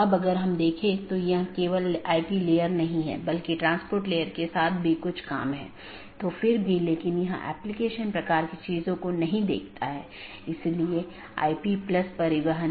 तो IBGP speakers की तरह AS के भीतर पूर्ण मेष BGP सत्रों का मानना है कि एक ही AS में साथियों के बीच एक पूर्ण मेष BGP सत्र स्थापित किया गया है